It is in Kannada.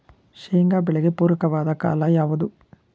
ಶೇಂಗಾ ಬೆಳೆಗೆ ಪೂರಕವಾದ ಕಾಲ ಯಾವುದು?